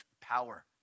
power